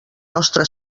nostre